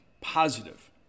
positive